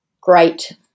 great